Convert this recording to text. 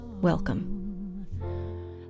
Welcome